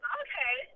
okay